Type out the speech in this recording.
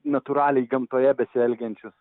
natūraliai gamtoje besielgiančius